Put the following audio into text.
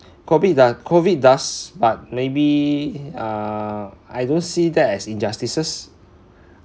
COVID do~ the COVID does but maybe uh I don't see that as injustices